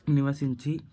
నివసించి